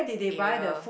area